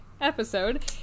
episode